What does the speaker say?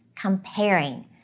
comparing